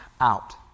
out